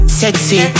sexy